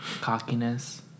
Cockiness